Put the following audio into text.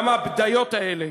למה הבדיות האלה,